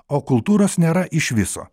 o kultūros nėra iš viso